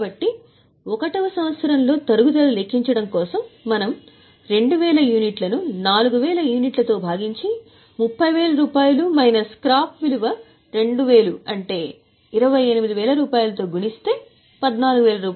కాబట్టి 1 వ సంవత్సరంలో తరుగుదల లెక్కించడం కోసం మనం 2000 యూనిట్లను ను 4000 యూనిట్లతో భాగించి 30000 మైనస్ స్క్రాప్ విలువ 2000 అంటే 28000 తో గుణిస్తే రూ